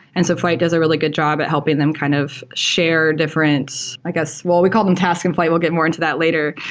and so flyte does a really good job at helping them kind of share different, i guess well, we call them task in flyte. we'll get more into that later.